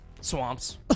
swamps